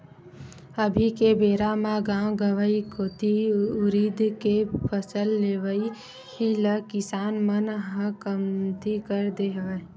अभी के बेरा म गाँव गंवई कोती उरिद के फसल लेवई ल किसान मन ह कमती कर दे हवय